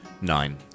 Nine